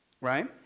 right